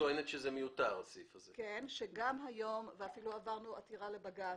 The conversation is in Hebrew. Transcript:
ואפילו עברנו עתירה לבג"ץ,